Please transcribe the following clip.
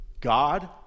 God